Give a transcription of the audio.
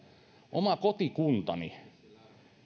oma kotikuntani